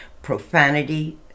profanity